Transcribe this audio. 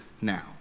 now